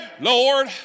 Lord